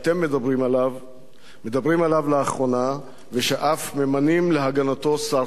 עליו לאחרונה ואף ממנים להגנתו שר חדש.